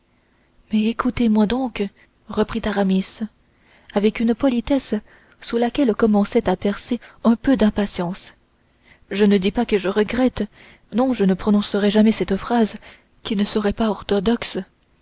mais écoutez-moi donc reprit aramis avec une politesse sous laquelle commençait à percer un peu d'impatience je ne dis pas que je regrette non je ne prononcerai jamais cette phrase qui ne serait pas orthodoxe